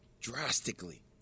drastically